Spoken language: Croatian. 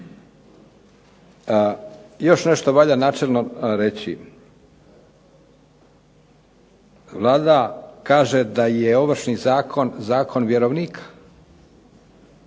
Još nešto valja načelno reći. Vlada kaže da je Ovršni zakon, zakon vjerovnika.